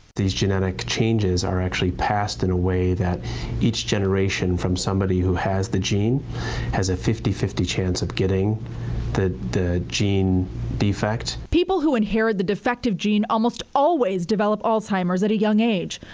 these genetic changes are actually passed in a way that each generation from somebody who has the gene has a fifty fifty chance of getting the the gene defect. reporter people who inherit the defective gene almost always develop alzheimer's at a young age.